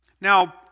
Now